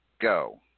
go